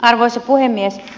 arvoisa puhemies